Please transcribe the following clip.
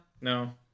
No